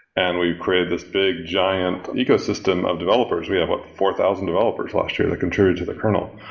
and we created this big giant ecosystem of developers. we have four thousand developers last year that contribute to the kernel.